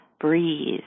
breathe